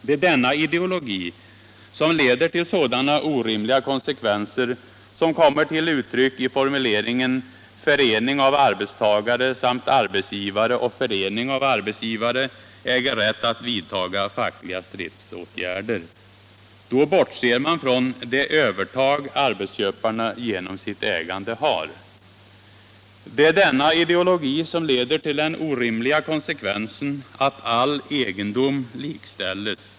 Det är denna ideologi som leder till sådana orimliga konsekvenser som kommer till uttryck i formuleringen ”förening av arbetstagare samt arbetsgivare och förening av arbetsgivare äger rätt att vidtaga fackliga stridsåtgärder”. Då bortser man från det övertag arbetsköparna genom sitt ägande har. Det är denna ideologi som leder till den orimliga konsekvensen att all egendom likställes.